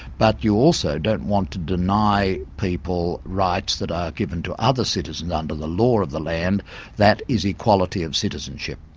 but you also don't want to deny people rights that are given to other citizens under the law of the land that is equality of citizenship.